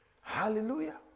Hallelujah